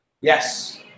Yes